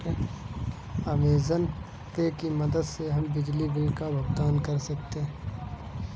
Amazon Pay की मदद से हम बिजली बिल का भुगतान कर सकते हैं